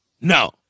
No